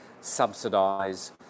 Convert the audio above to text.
subsidise